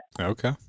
Okay